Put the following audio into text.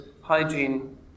hygiene